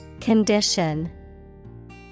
Condition